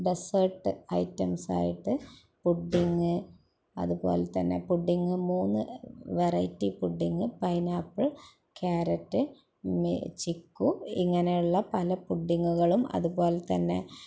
desert ഐറ്റംസായിട്ട് pudding അതുപോലെതന്നെ pudding മൂന്ന് വെറൈറ്റി പുഡിങ് പൈനാപ്പിൾ ക്യാരറ്റ് മീ ചിക്കു ഇങ്ങനെയുള്ള പല പുഡ്ഡിംങ്ങുകളും അതുപോലെതന്നെ